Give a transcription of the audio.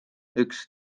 üks